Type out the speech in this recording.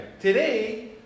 Today